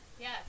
Yes